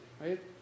right